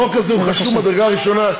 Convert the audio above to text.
החוק הזה חשוב ממדרגה ראשונה.